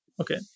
Okay